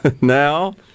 Now